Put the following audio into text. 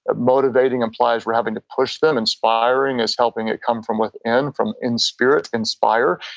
motivating implies we're having to push them. inspiring is helping it come from within. from in spirit, inspire.